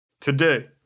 Today